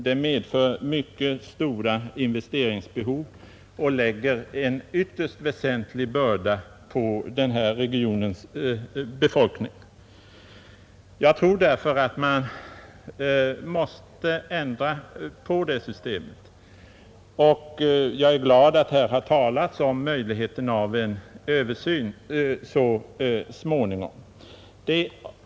Detta medför mycket stora investeringsbehov och lägger en ytterst väsentlig börda på den här regionens befolkning. Jag tror därför att man måste ändra på systemet. Jag är glad att det här har talats om möjligheten av en översyn så småningom.